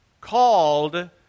called